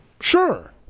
Sure